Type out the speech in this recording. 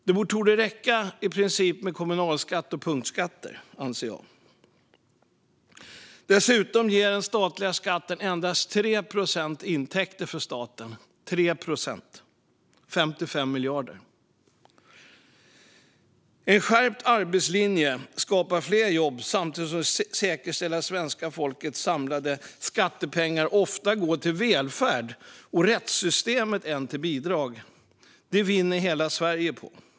Det torde i princip räcka med kommunalskatt och punktskatter, anser jag. Dessutom ger den statliga skatten endast 3 procent, 55 miljarder, i intäkter till staten. En skärpt arbetslinje skapar fler jobb samtidigt som det säkerställer att det svenska folkets samlade skattepengar oftare går till välfärd och rättssystemet än till bidrag. Det vinner hela Sverige på.